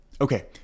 okay